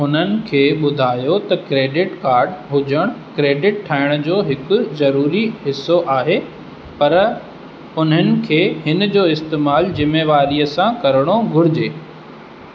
उन्हनि खे ॿुधायो त क्रेडिट काड हुजणु क्रेडिट ठाहिण जो हिकु ज़रूरी हिसो आहे पर उन्हनि खे हिन जो इस्तेमालु ज़िमेवारीअ सां करिणो घुर्जे